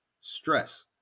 stress